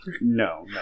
No